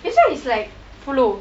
this [one] is like flow